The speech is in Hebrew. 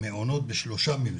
מעונות בשלושה מבנים.